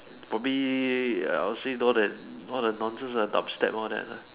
for me I will say all that all the nonsense ah dub step all that lah